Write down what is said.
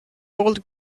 old